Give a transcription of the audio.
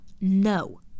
no